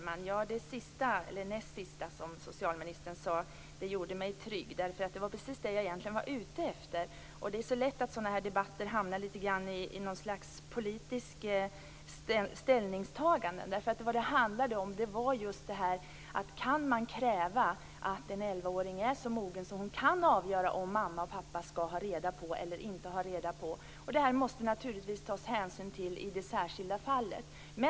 Herr talman! Det sista som socialministern sade gjorde mig trygg. Det var precis det som jag egentligen var ute efter. Det är så lätt att sådana här debatter hamnar i något slags politiskt ställningstagande. Vad det handlar om är just om man kan kräva att en elvaåring är så mogen att hon kan avgöra om mamma och pappa skall få reda på att hon är gravid. Detta måste man naturligtvis ta hänsyn till i det särskilda fallet.